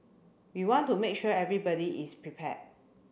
we want to make sure everybody is prepared